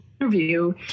interview